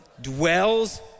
dwells